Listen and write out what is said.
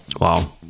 Wow